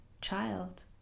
child